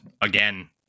again